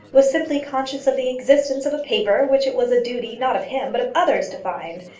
was simply conscious of the existence of a paper which it was a duty, not of him, but of others to find,